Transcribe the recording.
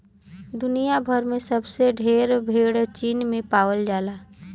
दुनिया भर में सबसे ढेर भेड़ चीन में पावल जाला